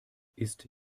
ist